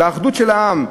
באחדות העם?